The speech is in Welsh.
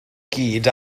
gyd